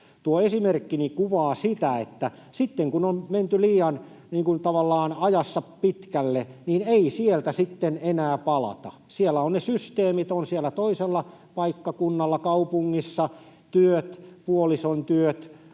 Tuo esimerkkini kuvaa sitä, että sitten kun on menty tavallaan ajassa liian pitkälle, niin ei sieltä sitten enää palata. Ne systeemit ovat siellä toisella paikkakunnalla, kaupungissa: työt, puolison työt,